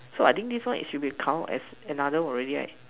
so I think this one should be count as another one already right